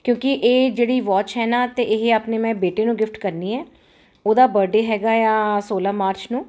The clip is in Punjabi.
ਕਿਉਂਕਿ ਇਹ ਜਿਹੜੀ ਵਾਚ ਹੈ ਨਾ ਅਤੇ ਇਹ ਆਪਣੇ ਮੈਂ ਬੇਟੇ ਨੂੰ ਗਿਫਟ ਕਰਨੀ ਹੈ ਉਹਦਾ ਬਰਥਡੇ ਹੈਗਾ ਆ ਸੌਲਾਂ ਮਾਰਚ ਨੂੰ